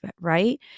right